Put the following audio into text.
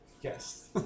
Yes